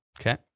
Okay